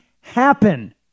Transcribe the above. happen